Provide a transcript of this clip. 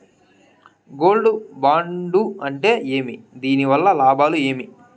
Gold bond అంటే ఏమి? దీని వల్ల లాభాలు ఏమి?